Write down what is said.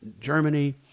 Germany